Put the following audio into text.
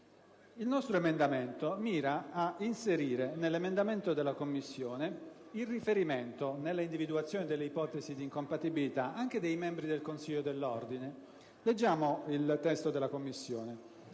Il nostro emendamento ora in esame mira ad inserire nell'emendamento della Commissione il riferimento, nella individuazione delle ipotesi di incompatibilità, anche ai membri del Consiglio dell'ordine. Do lettura del testo dell'emendamento